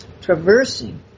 traversing